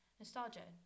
nostalgia